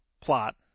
plot